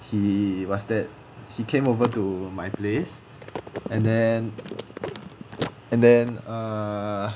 he what's that he came over to my place and then and then uh